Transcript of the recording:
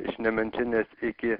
iš nemenčinės iki